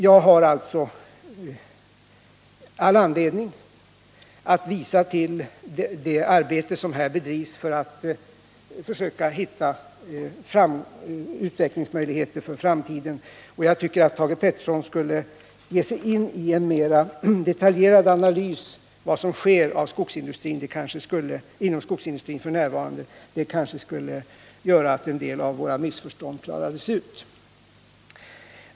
Jag har alltså all anledning att hänvisa till det arbete som här bedrivs och som syftar till att visa på utvecklingsmöjligheter för framtiden. Jag tycker att Thage Peterson borde göra en mer detaljerad analys av vad som f. n. sker inom skogsindustrin. Kanske skulle vi därefter kunna klara ut en del av missförstånden.